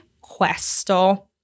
questo